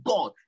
God